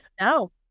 No